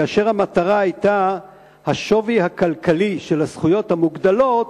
כאשר המטרה היתה שהשווי הכלכלי של הזכויות המוגדלות